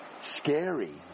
scary